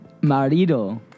Marido